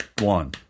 one